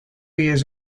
years